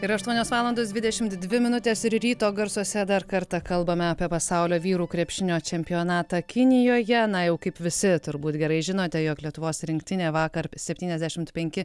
yra aštuonios valandos dvidešimt dvi minutės ir ryto garsuose dar kartą kalbame apie pasaulio vyrų krepšinio čempionatą kinijoje na jau kaip visi turbūt gerai žinote jog lietuvos rinktinė vakar septyniasdešimt penki